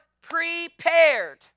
prepared